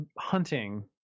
hunting